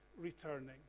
returning